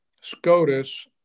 SCOTUS